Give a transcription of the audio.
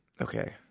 Okay